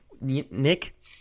nick